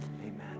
amen